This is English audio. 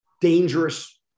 dangerous